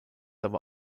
aber